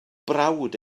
brawd